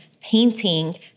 painting